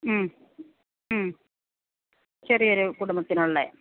മ്മ് മ്മ് ചെറിയൊരു കുടുംബത്തിനുള്ള